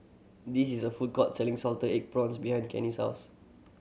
this is a food court selling salted egg prawns behind Cannie's house